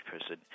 person